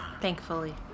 Thankfully